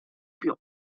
più